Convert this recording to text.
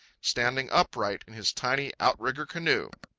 standing upright in his tiny outrigger canoe.